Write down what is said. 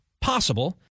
possible